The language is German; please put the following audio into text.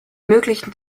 möglichen